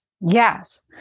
Yes